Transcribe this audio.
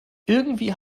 irgendwie